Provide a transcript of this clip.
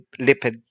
lipid